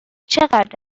چقدر